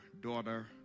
daughter